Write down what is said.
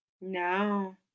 No